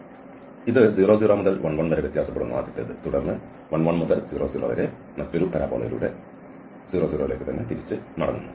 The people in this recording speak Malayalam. അതിനാൽ ഇത് 0 0 മുതൽ 1 1 വരെ വ്യത്യാസപ്പെടുന്നു തുടർന്ന് 11 മുതൽ 00 വരെ മറ്റൊരു പരബോളയിലൂടെ 0 0 എന്നതിലേക്ക് മടങ്ങുന്നു